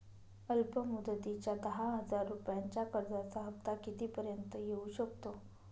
अल्प मुदतीच्या दहा हजार रुपयांच्या कर्जाचा हफ्ता किती पर्यंत येवू शकतो?